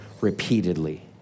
repeatedly